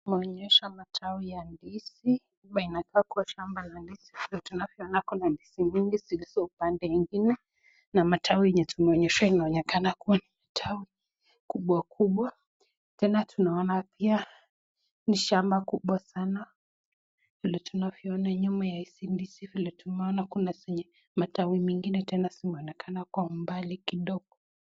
Tumeonyeshwa matawi ya ndizi. Nyuma inakaa kuwa ni shamba la ndizi. Tunavyoona kuna ndizi nyingi zilizo upande ingine na matawi enye tumeonyeshwa inaonekana kuwa matawi kubwakubwa. Tena tunaona pia ni shamba kubwa sana. Vile tunavyoona nyuma ya hizi ndizi vile tumeona, kuna zenye matawi mengine mingi tena zimeonekana kwa umbali kidogo.